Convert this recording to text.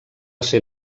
ser